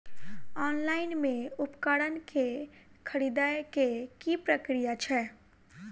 Online मे उपकरण केँ खरीदय केँ की प्रक्रिया छै?